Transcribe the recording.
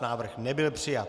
Návrh nebyl přijat.